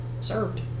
served